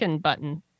button